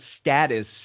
status